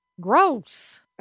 Gross